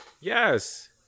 yes